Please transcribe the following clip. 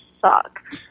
suck